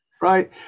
right